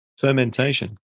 Fermentation